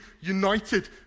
united